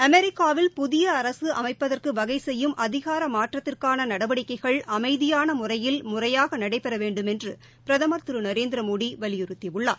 அமெரிக்காவில் புதிய அரசு அமைப்பதற்கு வகை செய்யும் அதிகார மாற்றத்திற்கான நடவடிக்கைகள் அமைதியான முறையில் முறையாக நடைபெற வேண்டுமென்று பிரதம் திரு நரேந்திரமோடி வலியுறுத்தியுள்ளார்